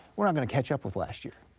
we're not going to catch up with last year.